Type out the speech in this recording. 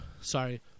Sorry